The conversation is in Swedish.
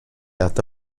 äta